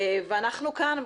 ואנחנו כאן,